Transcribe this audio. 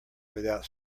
without